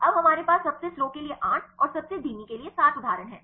अब हमारे पास सबसे स्लो के लिए 8 और सबसे धीमी के लिए 7 उदाहरण हैं